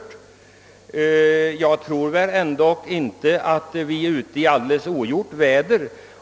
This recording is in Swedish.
Jag tror inte att vi är ute i ogjort väder.